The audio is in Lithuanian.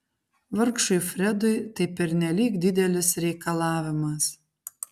vargšui fredui tai pernelyg didelis reikalavimas